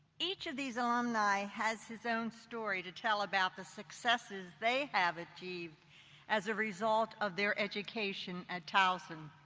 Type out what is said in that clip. each of these alumni has his own story to tell about the successes they have achieved as a result of their education at towson.